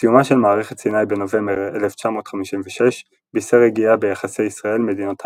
סיומה של מערכת סיני בנובמבר 1956 בישר רגיעה ביחסי ישראל-מדינות ערב,